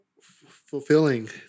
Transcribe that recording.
fulfilling